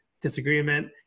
disagreement